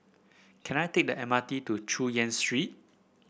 can I take the M R T to Chu Yen Street